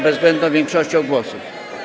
bezwzględną większością głosów.